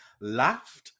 laughed